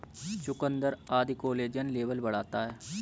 चुकुन्दर आदि collagen level बढ़ाता है